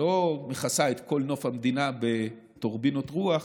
שלא מכסה את כל נוף המדינה בטורבינות רוח,